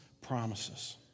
promises